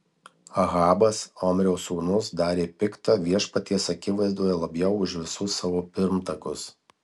ahabas omrio sūnus darė pikta viešpaties akivaizdoje labiau už visus savo pirmtakus